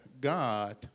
God